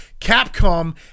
Capcom